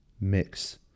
mix